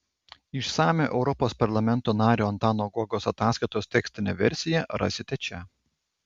išsamią europos parlamento nario antano guogos ataskaitos tekstinę versiją rasite čia